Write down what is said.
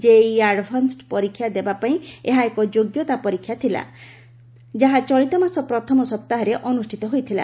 JEE advanced ପରୀକ୍ଷା ଦେବା ପାଇଁ ଏହା ଏକ ଯୋଗ୍ୟତା ପରୀକ୍ଷା ଥିଲା ଯାହା ଚଳିତ ମାସ ପ୍ରଥମ ସପ୍ତାହରେ ଅନୁଷ୍ଠିତ ହୋଇଥିଲା